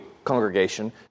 Congregation